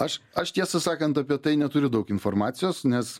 aš aš tiesą sakant apie tai neturi daug informacijos nes